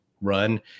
run